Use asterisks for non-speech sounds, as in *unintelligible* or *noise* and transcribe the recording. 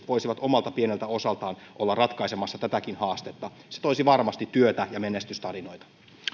*unintelligible* voisivat omalta pieneltä osaltaan olla ratkaisemassa tätäkin haastetta se toisi varmasti työtä ja menestystarinoita